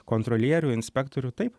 kontrolierių inspektorių taip